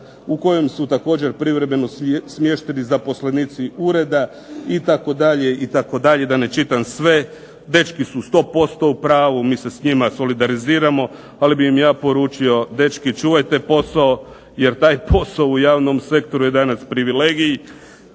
u kojem su također privremeno smješteni zaposlenici ureda itd., itd. da ne čitam sve. Dečki su 100% u pravu, mi se s njima solidariziramo, ali bi im ja poručio dečki čuvajte posao, jer taj posao u javnom sektoru je danas privilegij.